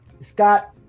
scott